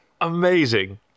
Amazing